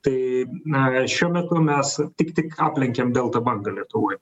tai na šiuo metu mes tik tik aplenkėm delta bangą lietuvoj